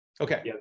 okay